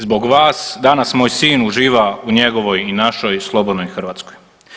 Zbog vas danas moj sin uživa u njegovoj i našoj slobodnoj Hrvatskoj.